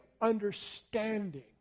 understanding